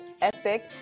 epic